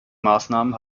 maßnahmen